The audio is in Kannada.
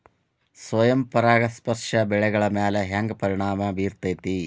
ಸ್ವಯಂ ಪರಾಗಸ್ಪರ್ಶ ಬೆಳೆಗಳ ಮ್ಯಾಲ ಹ್ಯಾಂಗ ಪರಿಣಾಮ ಬಿರ್ತೈತ್ರಿ?